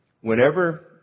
whenever